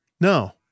No